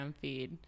feed